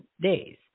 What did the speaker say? days